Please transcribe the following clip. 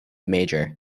major